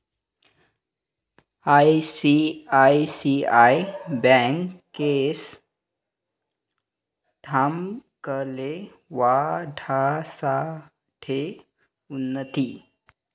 ICICI bank Yes ब्यांकले वाचाडासाठे उनथी